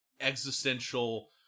existential